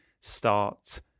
start